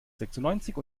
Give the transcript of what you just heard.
sechsundneunzig